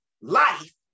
life